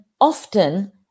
often